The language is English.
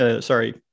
sorry